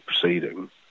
proceeding